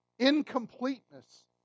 Incompleteness